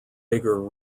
bigger